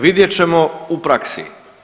Vidjet ćemo u praksi.